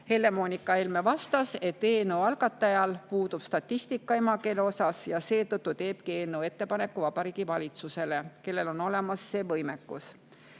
Helle-Moonika Helme vastas, et eelnõu algatajal puudub statistika emakeele kohta ja seetõttu teebki eelnõu ettepaneku Vabariigi Valitsusele, kellel on see võimekus